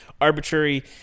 arbitrary